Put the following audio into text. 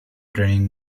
training